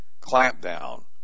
clampdown